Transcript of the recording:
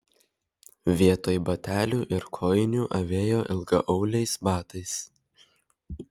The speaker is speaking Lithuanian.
vietoj batelių ir kojinių avėjo ilgaauliais batais